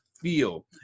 feel